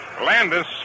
Landis